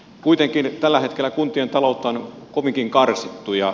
kuitenkin tällä hetkellä kuntien taloutta on kovinkin karsittu